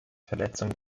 verletzung